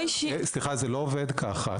סליחה, זה לא עובד ככה.